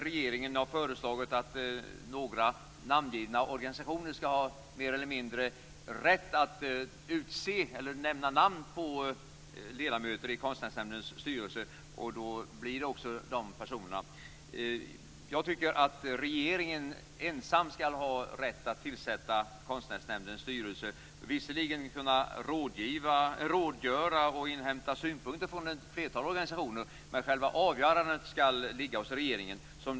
Regeringen har föreslagit att några namngivna organisationer mer eller mindre skall ha rätt att föreslå vilka ledamöter som skall ingå i Konstnärsnämndens styrelse, och då utses också dessa personer. Jag tycker att regeringen ensam skall ha rätt att tillsätta Konstnärsnämndens styrelse. Visserligen skall man kunna rådgöra och inhämta synpunkter från ett flertal organisationer, men själva avgörandet skall ligga hos regeringen.